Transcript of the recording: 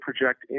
project